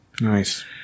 Nice